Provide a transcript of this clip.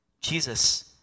Jesus